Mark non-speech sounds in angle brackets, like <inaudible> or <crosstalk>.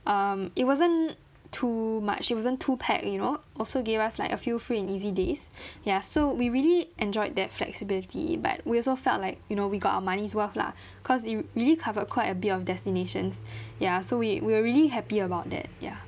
um it wasn't too much it wasn't too pack you know also gave us like a few free and easy days <breath> ya so we really enjoyed that flexibility but we also felt like you know we got our money's worth lah cause it really covered quite a bit of destinations <breath> ya so we we were really happy about that ya